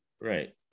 right